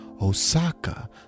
Osaka